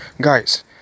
Guys